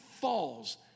falls